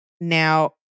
now